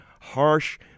harsh